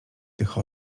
tych